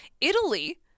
italy